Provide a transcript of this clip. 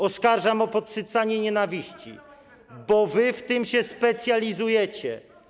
Oskarżam o podsycanie nienawiści, bo wy w tym się specjalizujecie.